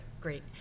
great